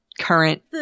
current